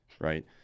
Right